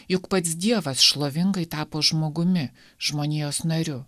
juk pats dievas šlovingai tapo žmogumi žmonijos nariu